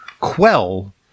quell